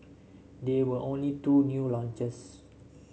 there were only two new launches